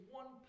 one